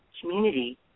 community